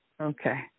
Okay